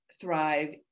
thrive